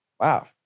Wow